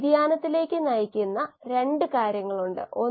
ഞാൻ നിങ്ങൾക്ക് ഇവിടെ ചില ഹ്രസ്വ പ്രാതിനിധ്യങ്ങൾ നൽകും